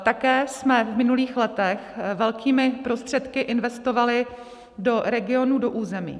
Také jsme v minulých letech velkými prostředky investovali do regionů, do území.